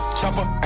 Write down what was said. chopper